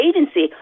agency